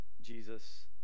Jesus